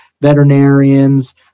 veterinarians